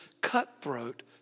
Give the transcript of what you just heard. cutthroat